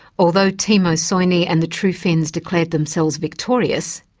although timo soini and the true finns declared themselves victorious,